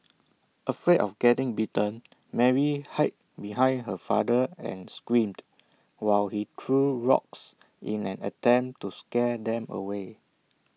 afraid of getting bitten Mary hid behind her father and screamed while he threw rocks in an attempt to scare them away